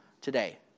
today